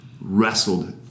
wrestled